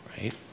right